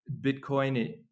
Bitcoin